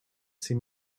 see